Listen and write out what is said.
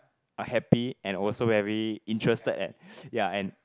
I happy and also very interested at ya and